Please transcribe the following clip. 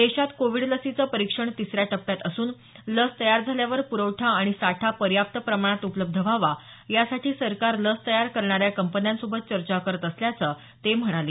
देशात कोविड लसीचं परीक्षण तिसऱ्या टप्प्यात असून लस तयार झाल्यावर पुरवठा आणि साठा पयोप्त प्रमाणात उपलब्ध व्हावा यासाठी सरकार लस तयार करणाऱ्या कंपन्यांसोबत चर्चा करत असल्याचं ते म्हणाले